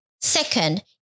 Second